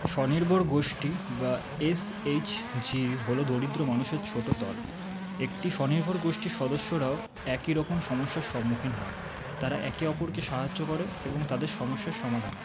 স্বনির্ভরগোষ্ঠী বা S H G হল দরিদ্র মানুষের ছোটো দল একটি স্বনির্ভরগোষ্ঠীর সদস্যরাও একইরকম সমস্যার সম্মুখীন হন তারা একে অপরকে সাহায্য করে এবং তাদের সমস্যার সমাধান হয়